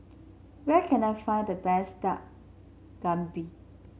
where can I find the best Dak Galbi